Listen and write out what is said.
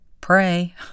pray